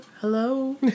Hello